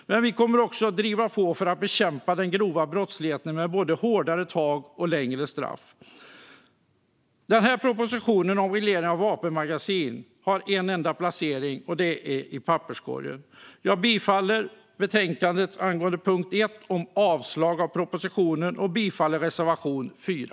Men vi kommer också att driva på för att bekämpa den grova brottsligheten med både hårdare tag och längre straff. Propositionen om reglering av vapenmagasin har en enda placering: i papperskorgen. Jag yrkar bifall till förslaget till beslut i punkt 1 i betänkandet om avslag på propositionen samt till reservation 4.